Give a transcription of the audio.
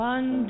One